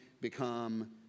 become